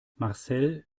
marcel